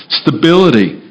stability